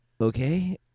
Okay